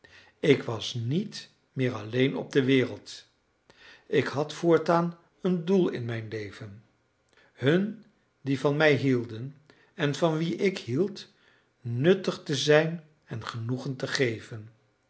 ik was niet meer alleen op de wereld ik had voortaan een doel in mijn leven hun die van mij hielden en van wie ik hield nuttig te zijn en genoegen te geven